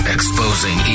Exposing